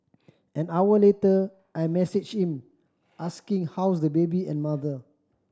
an hour later I messaged him asking how's the baby and mother